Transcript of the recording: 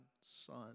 Son